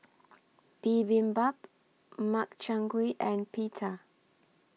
Bibimbap Makchang Gui and Pita